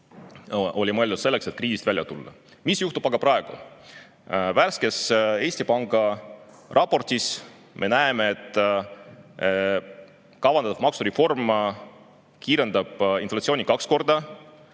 oli mõeldud selleks, et kriisist välja tulla. Mis juhtub aga praegu? Värskes Eesti Panga raportis me näeme, et kavandatav maksureform kiirendab inflatsiooni kaks korda,